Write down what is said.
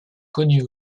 connues